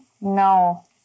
No